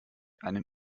einem